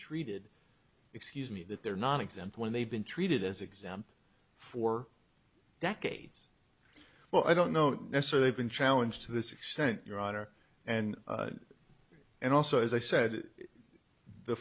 treated excuse me that they're not exempt when they've been treated as exempt for decades well i don't know necessarily been challenge to this extent your honor and and also as i said the